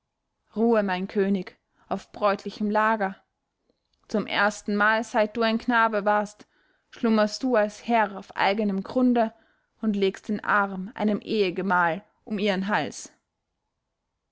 ruhe mein könig auf bräutlichem lager zum erstenmal seit du ein knabe warst schlummerst du als herr auf eigenem grunde und legst den arm einem ehegemahl um ihren hals